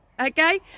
Okay